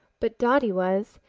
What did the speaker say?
but dotty was.